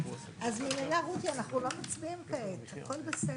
אז ממילא רותי אנחנו לא מצביעים כעת, הכול בסדר.